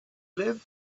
live